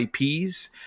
IPs